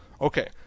okay